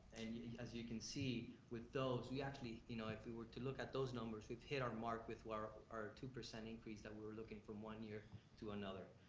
and as you can see with those, we actually, you know if we were to look at those numbers, we've hit our mark with our two percent increase that we were looking from one year to another.